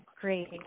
Great